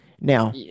now